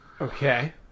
Okay